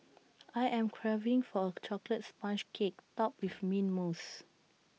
I am craving for A Chocolate Sponge Cake Topped with Mint Mousse